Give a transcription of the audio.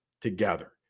together